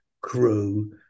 crew